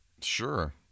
Sure